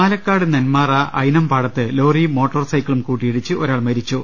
പാലക്കാട് നെന്മാറ അയിനംപാടത്ത് ലോറിയും മോട്ടോർ സൈക്കിളും കൂട്ടിയിടിച്ചു ഒരാൾ മരിച്ചു